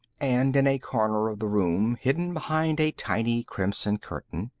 and in a corner of the room, hidden behind a tiny crimson curtain,